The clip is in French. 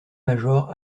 major